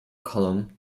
column